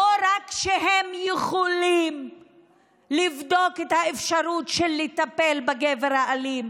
לא רק שהם יכולים לבדוק את האפשרות לטפל בגבר האלים,